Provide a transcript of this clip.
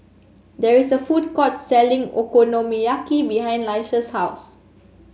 there is a food court selling Okonomiyaki behind Laisha's house